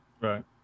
Right